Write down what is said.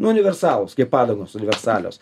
universalūs kaip padangos universalios